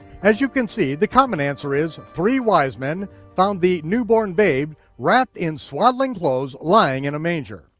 as you can see, the common answer is three wise men found the newborn babe wrapped in swaddling clothes, lying in a manger.